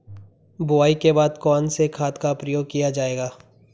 बुआई के बाद कौन से खाद का प्रयोग किया जायेगा?